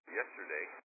yesterday